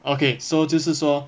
okay so 就是说